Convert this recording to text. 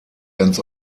ganz